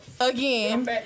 again